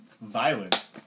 Violent